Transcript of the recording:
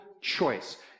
choice